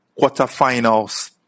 quarterfinals